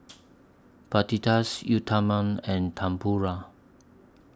Fajitas Uthapam and Tempura